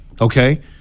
Okay